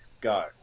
Go